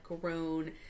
grown